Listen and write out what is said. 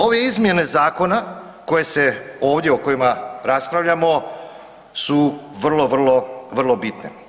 Ove izmjene zakona koje se ovdje, o kojima raspravljamo su vrlo, vrlo, vrlo bitno.